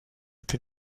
était